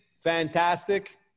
Fantastic